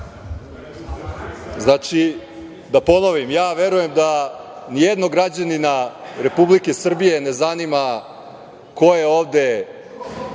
Znači, da ponovim. Verujem da nijednog građanina Republike Srbije ne zanima ko je ovde,